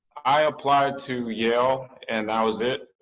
i applied to yale and that was it.